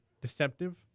deceptive